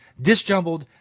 Disjumbled